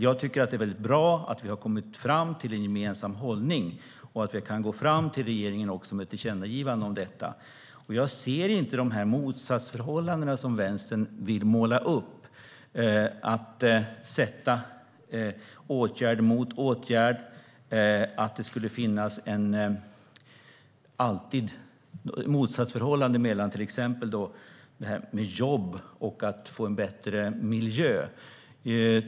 Jag tycker att det är bra att vi har kommit fram till en gemensam hållning och att vi kan gå fram till regeringen med ett tillkännagivande om detta. Jag ser inte de motsatsförhållanden som Vänstern vill måla upp, att sätta åtgärd mot åtgärd, och att det skulle finnas ett motsatsförhållande mellan till exempel detta med jobb och att få en bättre miljö.